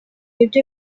ibyo